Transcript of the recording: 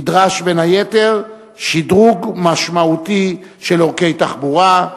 נדרש בין היתר שדרוג משמעותי של עורקי תחבורה,